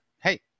Hey